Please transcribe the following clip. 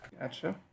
Gotcha